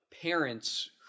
parents